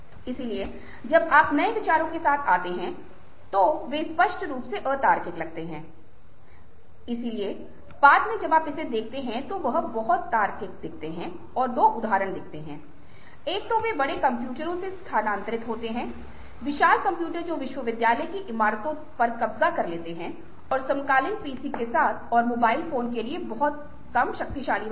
इसलिए जब आप नए विचारों के साथ आते हैं तो वे स्पष्ट रूप से अतार्किक लग सकते हैं इसलिए और बाद में जब आप इसे देखते हैं तो बहुत तार्किक दो उदाहरण दिखते हैं एक तो वे बड़े कंप्यूटरों से स्थानांतरित होते हैं विशाल कंप्यूटर जो विश्वविद्यालय की इमारतों पर कब्जा कर लेते हैं और समकालीन पीसी के साथ और मोबाइल फोन के लिए बहुत कम शक्तिशाली होते हैं